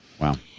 Wow